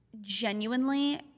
genuinely